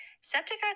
Septic